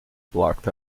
blocked